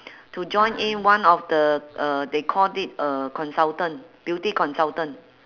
to join in one of the uh they called it uh consultant beauty consultant